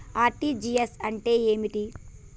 RTGS అంటే ఏమిటి?